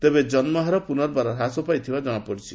ତେବେ ଜନ୍ମୁହାର ପୁନର୍ବାର ହ୍ରାସ ପାଇଥିବା ଜଣାପଡ଼ିଛି